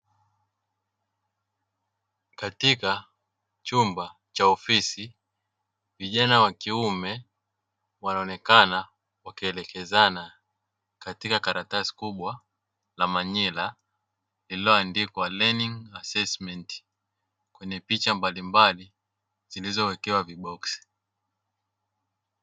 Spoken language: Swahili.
Katika chumba cha ofisi vijana wa kiume wanaonekana wakielekezana katika karatasi kubwa la manila, lililoandikwa leaning assesment lenye picha mbalimbali zilizowekewa viboksi.